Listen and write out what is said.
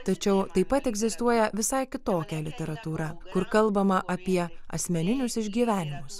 tačiau taip pat egzistuoja visai kitokia literatūra kur kalbama apie asmeninius išgyvenimus